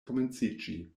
komenciĝi